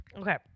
okay